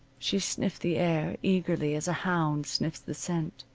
she sniffed the air, eagerly, as a hound sniffs the scent.